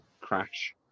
crash